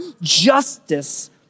justice